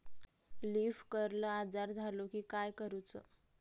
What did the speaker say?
Leaf curl आजार झालो की काय करूच?